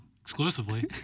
Exclusively